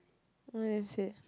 what you have said